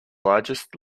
largest